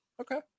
Okay